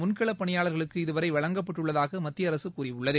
முன்களப் பணியாளர்களுக்கு இதுவரை வழங்கப்பட்டுள்ளதாக மத்திய அரசு கூறியுள்ளது